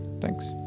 thanks